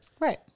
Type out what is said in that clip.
Right